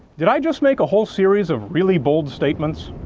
did i just make a whole series of really bold statements?